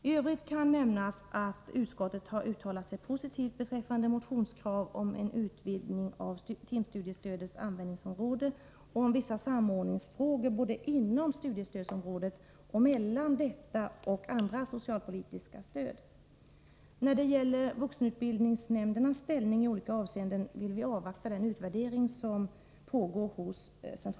I övrigt kan nämnas att utskottet uttalat sig positivt beträffande motionskrav om en utvidgning av timstudiestödets användningsområde och om vissa samordningsfrågor både inom studiestödsområdet och mellan detta och andra socialpolitiska stöd. När det gäller vuxenutbildningsnämndernas ställning i olika avseenden vill vi avvakta den utvärdering som pågår hos CSN.